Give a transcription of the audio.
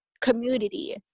community